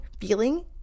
feeling